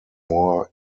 more